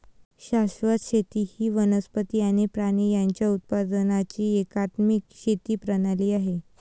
शाश्वत शेती ही वनस्पती आणि प्राणी यांच्या उत्पादनाची एकात्मिक शेती प्रणाली आहे